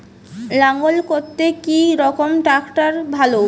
লাঙ্গল করতে কি রকম ট্রাকটার ভালো?